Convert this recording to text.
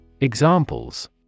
Examples